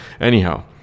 anyhow